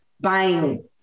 buying